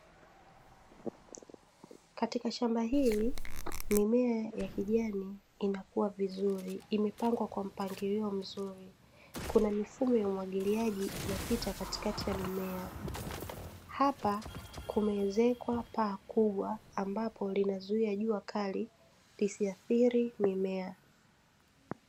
Katika shamba hili, mimea ya kijani inakua vizuri; imepangwa kwa mpangilio mzuri. Kuna mifumo ya umwagiliaji inapita katikati ya mimea. Hapa kumeezekwa paa kubwa ambapo linazuia jua kali lisiathiri mimea.